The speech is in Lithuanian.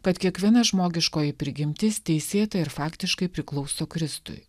kad kiekviena žmogiškoji prigimtis teisėtai ir faktiškai priklauso kristui